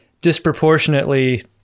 disproportionately